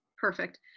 Perfect